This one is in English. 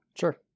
Sure